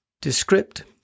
Descript